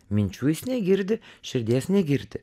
minčių jis negirdi širdies negirdi